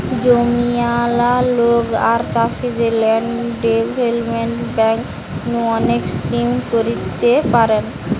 জমিয়ালা লোক আর চাষীদের ল্যান্ড ডেভেলপমেন্ট বেঙ্ক নু অনেক স্কিম করতে পারেন